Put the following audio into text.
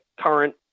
current